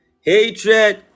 Hatred